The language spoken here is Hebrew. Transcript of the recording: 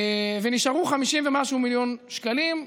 ונשארו 50 ומשהו מיליון שקלים,